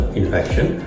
infection